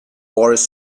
boris